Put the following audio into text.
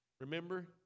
Remember